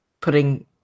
putting